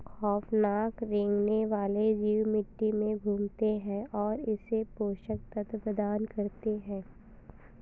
खौफनाक रेंगने वाले जीव मिट्टी में घूमते है और इसे पोषक तत्व प्रदान करते है